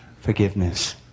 forgiveness